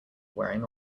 wearing